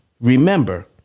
Remember